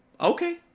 Okay